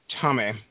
Tommy